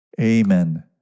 Amen